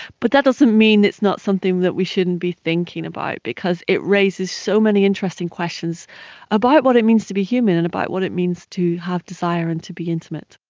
but that doesn't mean it's not something that we shouldn't be thinking about because it raises so many interesting questions about what it means to be human and about what it means to have desire and to be intimate.